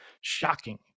Shocking